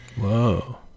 whoa